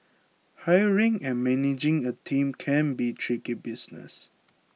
hiring and managing a team can be tricky business